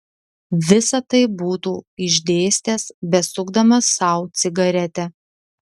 visa tai būtų išdėstęs besukdamas sau cigaretę